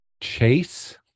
chase